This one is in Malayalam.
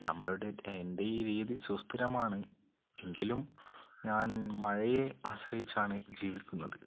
നമ്മളുടെ എൻ്റെ ഈ രീതി സുസ്ഥിരമാണ് എങ്കിലും ഞാൻ മഴയെ ആശ്രയിച്ചാണ് ജീവിക്കുന്നത്